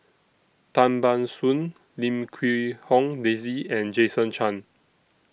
Tan Ban Soon Lim Quee Hong Daisy and Jason Chan